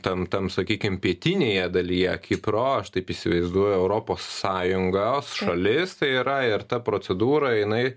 tam tam sakykim pietinėje dalyje kipro aš taip įsivaizduoju europos sąjungos šalis tai yra ir ta procedūra jinai